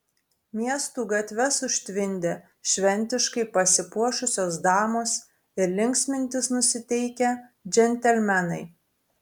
miestų gatves užtvindė šventiškai pasipuošusios damos ir linksmintis nusiteikę džentelmenai